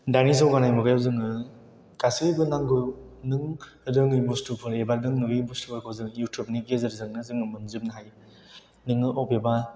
दानि जौगानाय मुगायाव जोङो गासैबो नांगौ नों रोङै बुस्थुफोर एबा नों नुयै बुस्थुखौ जों युटुब नि गेजेरजोंनो जोङो मोनजोबनो हायो नोङो बबेबा